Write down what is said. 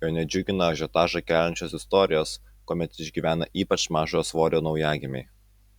jo nedžiugina ažiotažą keliančios istorijos kuomet išgyvena ypač mažo svorio naujagimiai